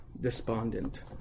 despondent